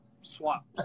swap